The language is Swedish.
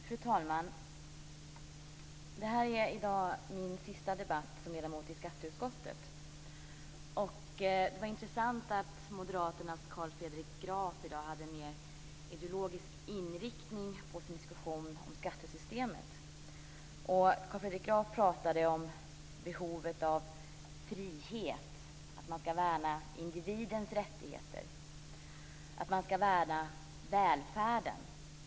Fru talman! Det är i dag min sista debatt som ledamot i skatteutskottet. Det är intressant att Carl Fredrik Graf i dag hade en mer ideologisk inriktning på sin diskussion om skattesystemet. Carl Fredrik Graf talade om behovet av frihet, att man ska värna individens rättigheter och att man ska värda välfärden.